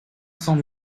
cents